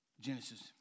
Genesis